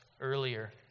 earlier